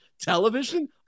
television